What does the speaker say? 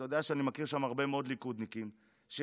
אתה יודע שאני מכיר שם הרבה מאוד ליכודניקים שמגיעים,